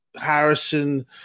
Harrison